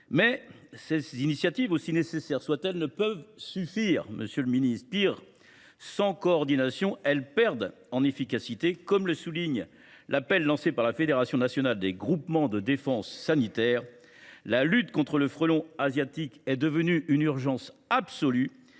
Ces initiatives, aussi nécessaires soient elles, ne peuvent toutefois pas suffire, monsieur le secrétaire d’État. Pis, sans coordination, elles perdent en efficacité. Comme le souligne l’appel lancé par la Fédération nationale des groupements de défense sanitaire, « la lutte contre le frelon asiatique est devenue une urgence absolue,